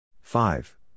Five